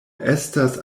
estas